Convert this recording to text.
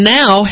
now